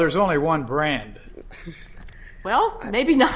there's only one brand well maybe not